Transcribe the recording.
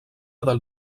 del